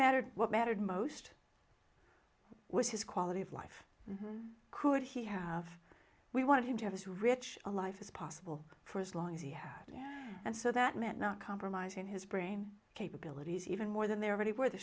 mattered what mattered most was his quality of life could he have we wanted him to have this rich a life as possible for as long as he had and so that meant not compromising his brain capabilities even more than they already were the